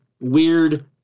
weird